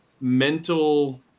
mental